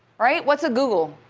right? what's a google?